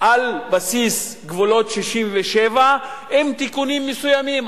על בסיס גבולות 67' עם תיקונים מסוימים.